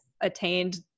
attained